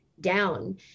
down